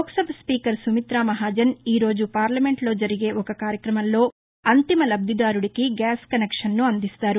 Lok Sabha speaker Sumitra Mahajan ఈ రోజు పార్లమెంట్లో జరిగే ఒక కార్యక్రమంలో అంతిమలబ్దిదారుడికి గ్యాస్ కనెక్షను అందిస్తారు